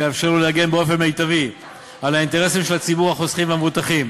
שיאפשר לו להגן באופן מיטבי על האינטרסים של ציבור החוסכים והמבוטחים,